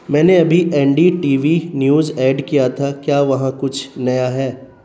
میں نے ابھی N D T V news add کیا تھا کیا وہاں کچھ نیا ہے